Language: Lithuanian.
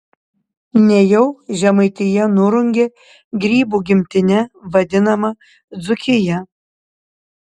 nejau žemaitija nurungė grybų gimtine vadinamą dzūkiją